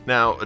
Now